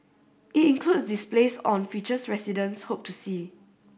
it includes displays on features residents hope to see